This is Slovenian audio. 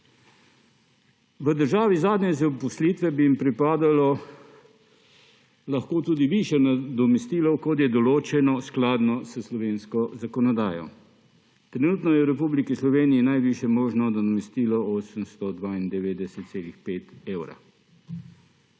V državi zadnje zaposlitve bi jim lahko pripadalo tudi višje nadomestilo, kot je določeno skladno s slovensko zakonodajo. Trenutno je v Republiki Sloveniji najvišje možno nadomestilo 892,5 evra.